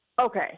Okay